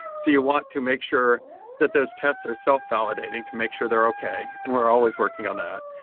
so you want to make sure that those tests are self-validating to make sure they're okay and we're always working on that.